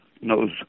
knows